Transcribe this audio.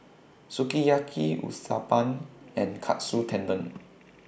Sukiyaki Uthapam and Katsu Tendon